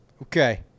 Okay